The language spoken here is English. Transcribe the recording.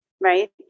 right